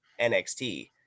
NXT